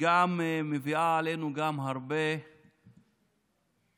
היא מביאה עלינו גם הרבה